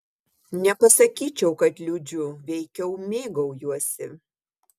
nepasakyčiau kad liūdžiu veikiau mėgaujuosi